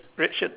red shirt